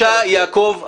בבקשה, חבר הכנסת יעקב אשר,